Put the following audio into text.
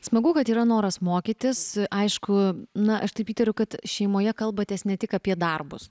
smagu kad yra noras mokytis aišku na aš taip įtariu kad šeimoje kalbatės ne tik apie darbus